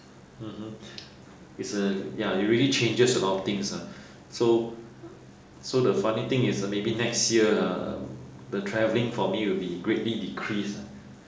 mmhmm it's a ya it really changes a lot of things ah so so the funny thing is maybe next year uh the travelling for me will be greatly decreased ah